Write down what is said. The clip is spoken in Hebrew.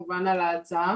וגם כמובן על ההצעה.